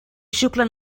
xuclen